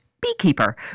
beekeeper